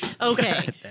okay